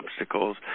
obstacles